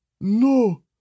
no